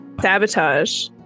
Sabotage